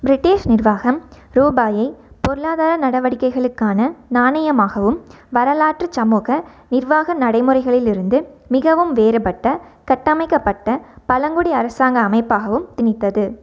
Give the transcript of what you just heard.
British நிர்வாகம் ரூபாயை பொருளாதார நடவடிக்கைகளுக்கான நாணயமாகவும் வரலாற்றுச் சமூக நிர்வாக நடைமுறைகளிலிருந்து மிகவும் வேறுபட்ட கட்டமைக்கப்பட்ட பழங்குடி அரசாங்க அமைப்பாகவும் திணித்தது